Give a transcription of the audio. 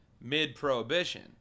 mid-prohibition